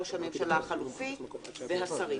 ראש הממשלה החלופי והשרים".